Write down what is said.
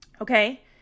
Okay